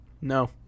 No